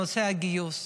נושא הגיוס.